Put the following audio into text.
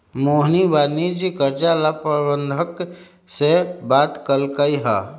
मोहिनी वाणिज्यिक कर्जा ला प्रबंधक से बात कलकई ह